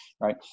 right